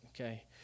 okay